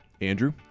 Andrew